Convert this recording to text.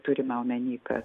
turime omeny kad